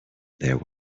there